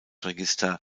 register